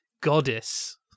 goddess